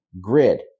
grid